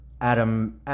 Adam